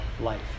life